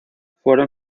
fueron